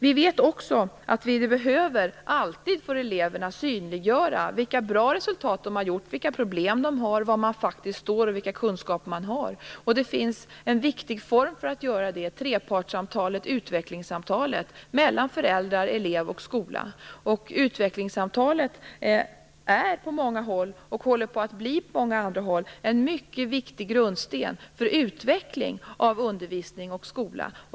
Vi vet också att vi alltid behöver synliggöra för eleverna vilka bra resultat de har gjort, vilka problem de har, var de faktiskt står och vilka kunskaper de har. Det finns en viktig form för att göra det, nämligen trepartssamtalet eller utvecklingssamtalet mellan föräldrar, elev och skola. Utvecklingssamtalet är på många håll, och håller på många andra håll på att bli, en mycket viktig grundsten för utveckling av undervisning och skola.